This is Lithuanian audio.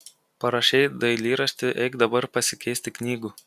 parašei dailyraštį eik dabar pasikeisti knygų